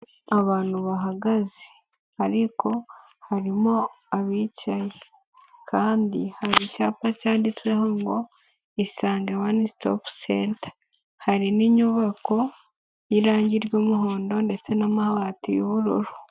Abantu bahagaze ariko harimo abicaye kandi hari icyapa cyanditseho ngo isange one stop center, hari n'inyubako y'irangi ry'umuhondo ndetse n'amabati y'ubururu.